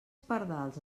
pardals